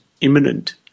imminent